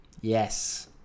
Yes